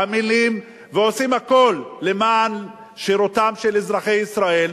עמלים ועושים הכול למען לשרת את אזרחי ישראל,